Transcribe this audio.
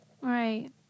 Right